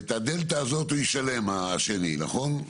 את ה"דלתא" הזאת הוא ישלם, השני, נכון?